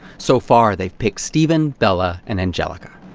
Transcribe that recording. so far they've picked stephen, bella and angelica.